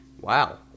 Wow